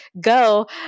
go